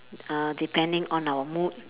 uh depending on our mood